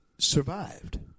Survived